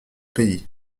pays